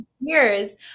years